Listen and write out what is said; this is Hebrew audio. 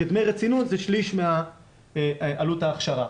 כדמי רצינות זה שליש מעלות ההכשרה.